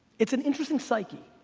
it's an interesting psyche,